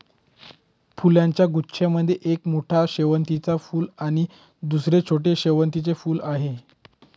फुलांच्या गुच्छा मध्ये एक मोठं शेवंतीचं फूल आणि दुसर छोटं शेवंतीचं फुल आहे